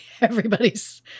everybody's